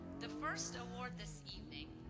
the first award this evening,